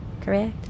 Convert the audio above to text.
correct